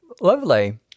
Lovely